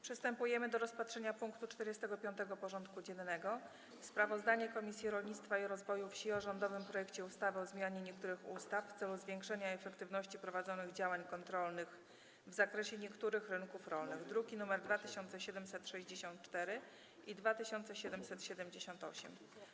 Przystępujemy do rozpatrzenia punktu 45. porządku dziennego: Sprawozdanie Komisji Rolnictwa i Rozwoju Wsi o rządowym projekcie ustawy o zmianie niektórych ustaw w celu zwiększenia efektywności prowadzonych działań kontrolnych w zakresie niektórych rynków rolnych (druki nr 2764 i 2778)